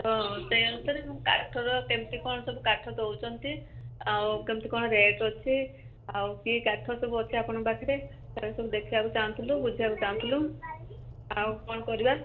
ହଁ ସେଇ ଅନୁସାରେ ମୁଁ କାଠର କେମିତି କ'ଣ ସବୁ କାଠ ଦଉଛନ୍ତି ଆଉ କେମିତି କଣ ରେଟ୍ ଅଛି ଆଉ କି କାଠ ସବୁ ଅଛି ଆପଣଙ୍କ ପାଖରେ ସେ ସବୁ ଦେଖିବାକୁ ଚାହୁଁଥିଲୁ ବୁଝିବାକୁ ଚାହୁଁଥିଲୁ ଆଉ କଣ କରିବା